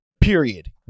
period